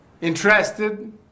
Interested